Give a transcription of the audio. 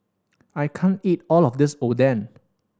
I can't eat all of this Oden